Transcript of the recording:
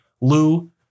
Lou